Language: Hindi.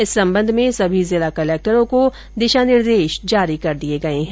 इस संबंध में सभी जिला कलेक्टरों को दिशा निर्देश जारी कर दिये गये है